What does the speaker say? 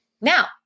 Now